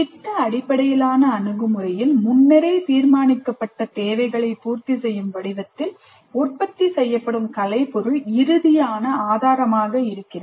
திட்ட அடிப்படையிலான அணுகுமுறையில் முன்னரே தீர்மானிக்கப்பட்ட தேவைகளை பூர்த்தி செய்யும் வடிவத்தில் உற்பத்தி செய்யப்படும் கலைப்பொருள் இறுதியான ஆதாரமாக இருக்கிறது